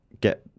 get